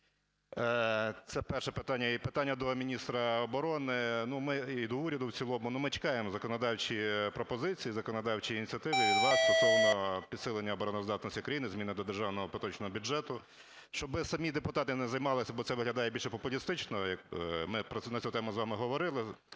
Це перше питання. І питання до міністра оборони, ну, ми... і до уряду в цілому. Ну, ми чекаємо законодавчі пропозиції, законодавчі ініціативи від вас стосовно підсилення обороноздатності країни, зміни до державного поточного бюджету, щоби самі депутати не займалися. Бо це виглядає більше популістично, як... ми про це, на цю тему з вами говорили,